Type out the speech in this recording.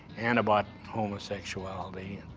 and about homosexuality,